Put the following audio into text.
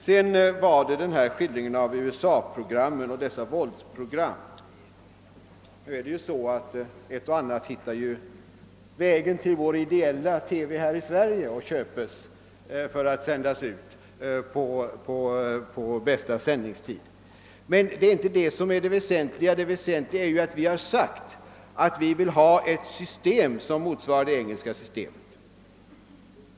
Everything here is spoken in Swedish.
Sedan var det den där skildringen av programmen från USA och av program med våldsinslag. Ett och annat av dessa program finner ju vägen till vårt »ideella» TV-företag här i Sverige, där de köps in för att placeras på bästa sändningstid. Men detta är inte det väsentliga utan det är ju att vi för vår del uttalat att vi vill ha ett system som motsvarar det engelska.